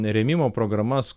rėmimo programas